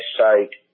site